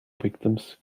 victims